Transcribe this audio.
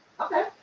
okay